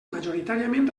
majoritàriament